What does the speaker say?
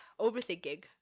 overthinking